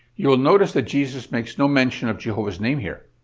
you will notice that jesus makes no mention of jehovah's name here.